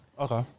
Okay